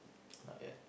not yet